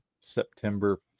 September